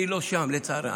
אני לא שם, לצערי.